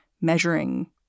measuring